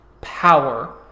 power